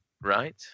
Right